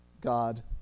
God